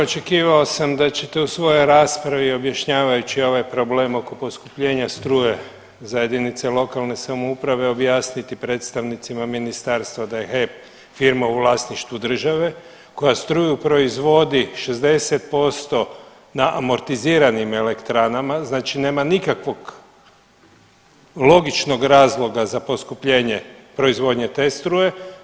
Očekivao sam da ćete u svojoj raspravi objašnjavajući ovaj problem oko poskupljenja struje za jedinice lokalne samouprave objasniti predstavnicima ministarstva da je HEP firma u vlasništvu države koja struju proizvodi 60% na amortiziranim elektranama, znači nema nikakvog logičnog razloga za poskupljenje te struje.